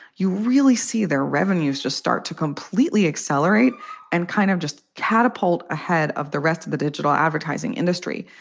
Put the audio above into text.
you really see their revenues just start to completely accelerate and kind of just catapult ahead of the rest of the digital advertising industry.